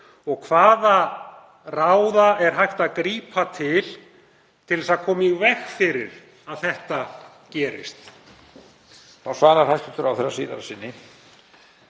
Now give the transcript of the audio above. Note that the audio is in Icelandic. til hvaða ráða er hægt að grípa til að koma í veg fyrir að þetta gerist.